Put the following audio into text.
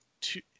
two